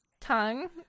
tongue